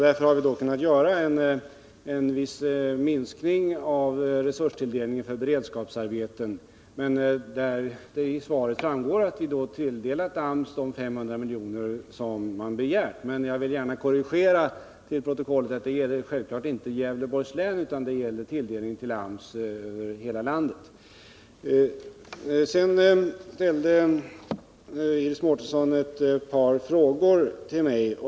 Därför har vi kunnat göra en viss minskning i tilldelningen av resurser till beredskapsarbeten. Av svaret framgår att vi tilldelat AMS de 500 milj.kr. man begärt. Jag vill göra en korrigering till protokollet, nämligen att dessa 500 milj.kr. självfallet inte gäller Gävleborgs län, utan det är tilldelningen till AMS för hela landet. Iris Mårtensson ställde ett par frågor till mig.